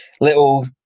little